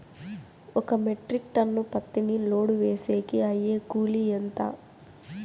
ఒక metric ton పత్తిని load వేసేకి అయ్యే కూలి ఎంత?